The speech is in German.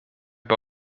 bei